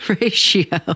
ratio